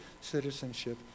citizenship